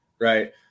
right